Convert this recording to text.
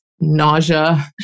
nausea